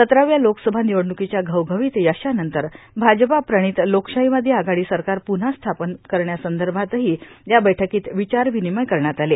सतराव्या लोकसभा निवडणुकीच्या घवघवीत यशानंतर भाजपाप्रतिण लोकशाहीवादी आघाडी सरकार पुन्हा स्थापने संदर्भातही या बैठकीत विचारविनिमय करण्यात आले